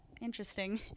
Interesting